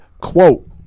Quote